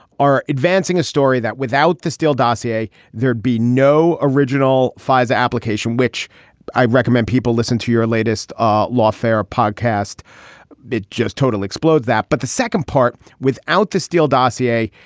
are advancing a story that without the steele dossier, there'd be no original fisa application, which i recommend people listen to your latest ah lawfare podcast bit just total explode that. but the second part, without the steele dossier,